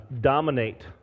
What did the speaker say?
dominate